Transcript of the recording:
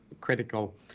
Critical